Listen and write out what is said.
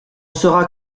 sera